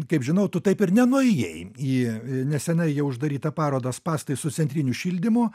kaip žinau tu taip ir nenuėjai į neseniai jau uždarytą parodą spąstai su centriniu šildymu